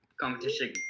competition